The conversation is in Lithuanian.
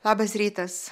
labas rytas